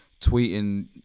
tweeting